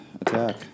attack